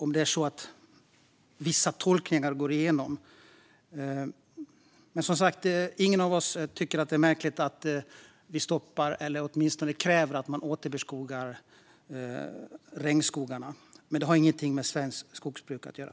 Ingen av oss tycker som sagt att det är märkligt att vi stoppar avverkning av regnskogarna eller åtminstone kräver att man återförskogar regnskogarna. Men det har ingenting med svenskt skogsbruk att göra.